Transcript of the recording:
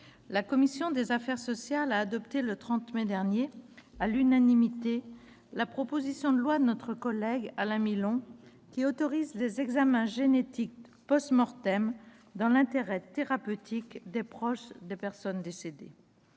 la commission des affaires sociales a adopté le 30 mai dernier, à l'unanimité, la proposition de loi de notre collègue Alain Milon qui autorise les examens génétiques dans l'intérêt thérapeutique des proches des personnes décédées.